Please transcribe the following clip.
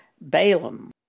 Balaam